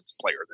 player